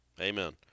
Amen